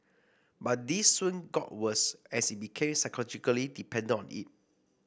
but this soon got worse as he became psychologically dependent on it